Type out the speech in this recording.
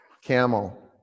camel